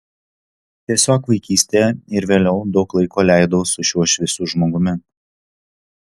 tiesiog vaikystėje ir vėliau daug laiko leidau su šiuo šviesiu žmogumi